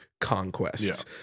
conquests